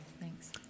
thanks